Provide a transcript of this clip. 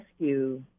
Rescue